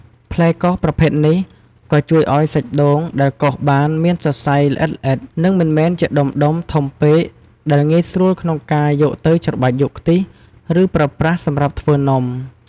ផ្លែកោសប្រភេទនេះក៏ជួយឱ្យសាច់ដូងដែលកោសបានមានសរសៃល្អិតៗ និងមិនមែនជាដុំៗធំពេក ដែលងាយស្រួលក្នុងការយកទៅច្របាច់យកខ្ទិះ ឬប្រើប្រាស់សម្រាប់ធ្វើនំ។